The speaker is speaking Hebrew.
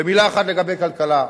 ומלה אחת לגבי כלכלה.